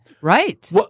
right